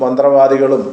മന്ത്രവാദികളും